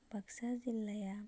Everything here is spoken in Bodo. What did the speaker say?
बाक्सा जिल्लाया